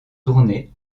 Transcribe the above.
tournée